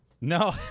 No